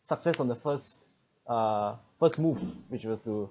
success on the first uh first move which was to